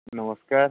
ନମସ୍କାର